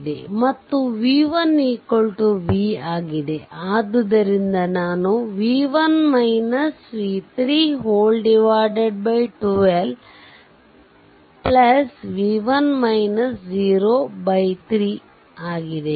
ಮತ್ತು v1 v ಆದ್ದರಿಂದ ನಾನು 12 3 ಆಗಿದೆ